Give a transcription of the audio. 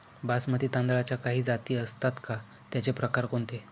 बासमती तांदळाच्या काही जाती असतात का, त्याचे प्रकार कोणते?